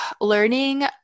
learning